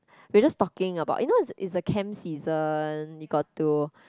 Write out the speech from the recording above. we just talking about you know it's it's the camp season we got to